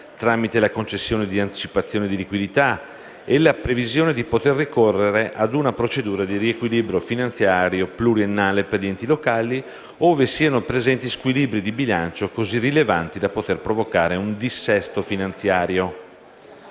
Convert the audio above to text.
tramite la concessione di anticipazioni di liquidità e la previsione di poter ricorrere ad una procedura di riequilibrio finanziario pluriennale per gli enti locali ove siano presenti squilibri di bilancio così rilevanti da poter provocare un dissesto finanziario.